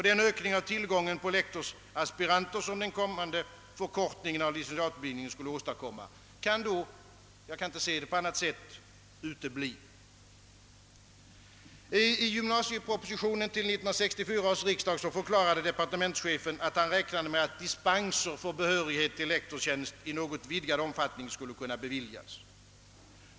Den ökning av tillgången på lektorsaspiranter, som den kommande förkortningen av licentiatutbildningen skulle åstadkomma kan utebli. riksdag förklarade departementschefen, att han räknade med att dispenser för behörighet till lektorstjänst skulle kunna beviljas i något större omfattning.